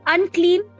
Unclean